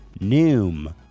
Noom